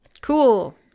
cool